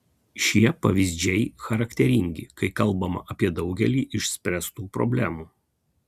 šie pavyzdžiai charakteringi kai kalbama apie daugelį išspręstų problemų